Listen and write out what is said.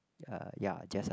uh ya just